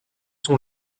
son